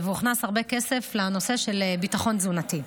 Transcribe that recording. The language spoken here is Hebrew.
והוכנס הרבה כסף לנושא של ביטחון תזונתי.